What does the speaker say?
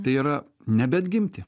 tai yra nebeatgimti